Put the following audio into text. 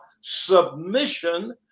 submission